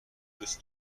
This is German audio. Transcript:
des